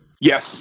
Yes